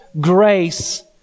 grace